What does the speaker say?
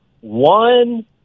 one